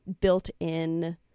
built-in